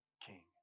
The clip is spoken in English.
king